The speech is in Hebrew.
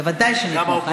ודאי שנתמוך.